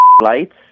lights